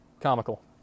comical